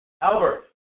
Albert